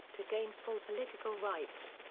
to gain full political rights.